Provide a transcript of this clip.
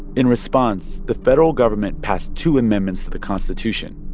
in response, the federal government passed two amendments to the constitution.